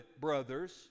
brothers